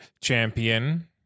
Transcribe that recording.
champion